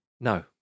No